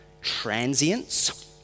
transience